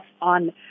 on